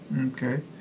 Okay